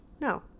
no